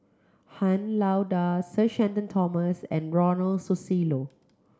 Han Lao Da Sir Shenton Thomas and Ronald Susilo